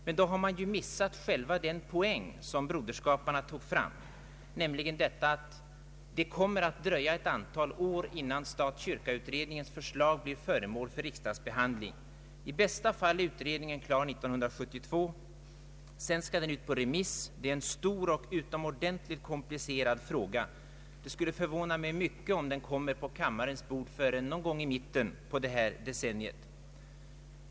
Men då har man ju missat poängen i Broderskapsrörelsens motion, nämligen att den väckts därför att det kommer att dröja ett antal år innan ett förslag från beredningen stat—kyrka kan bli föremål för riksdagsbehandling. Sedan skall det ut på remiss. Det är en stor och utomordentligt komplicerad fråga, och det skulle förvåna mig mycket om den kommer på riksdagens bord förrän någon gång i mitten på detta decennium.